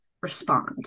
respond